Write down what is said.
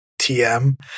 TM